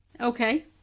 Okay